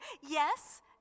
yes